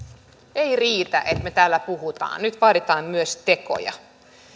ei riitä että me täällä puhumme nyt vaaditaan myös tekoja